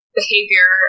behavior